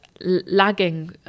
lagging